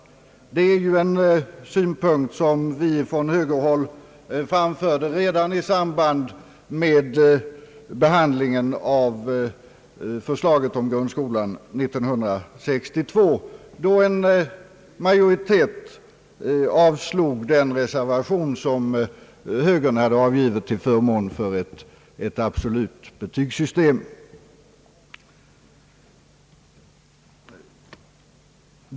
Det är ju synpunkter som vi från högerhåll framförde redan i samband med behandlingen av förslaget om grundskolan 1962, då en majoritet avslog den reservation högern hade avgivit till förmån för ett absolut betygssättningssystem.